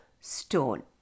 stone